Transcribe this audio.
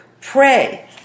pray